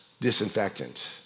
disinfectant